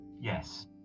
yes